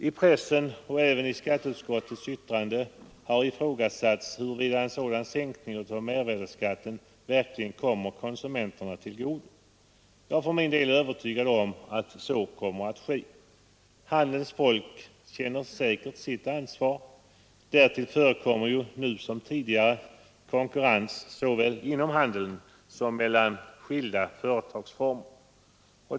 I pressen, och även i skatteutskottets yttrande, har ifrågasatts huruvida en sådan sänkning av mervärdeskatten verkligen kommer konsumenterna till godo. Jag är för min del övertygad om att så kommer att ske. Handelns folk känner säkert sitt ansvar. Därtill förekommer — nu liksom tidigare — konkurrens såväl inom handeln som mellan skilda företagsformer.